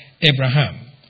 Abraham